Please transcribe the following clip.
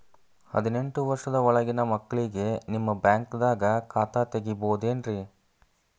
ಹದಿನೆಂಟು ವರ್ಷದ ಒಳಗಿನ ಮಕ್ಳಿಗೆ ನಿಮ್ಮ ಬ್ಯಾಂಕ್ದಾಗ ಖಾತೆ ತೆಗಿಬಹುದೆನ್ರಿ?